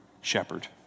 shepherd